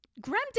Graham